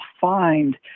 find